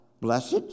Blessed